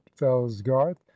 fellsgarth